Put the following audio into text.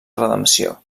redempció